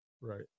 right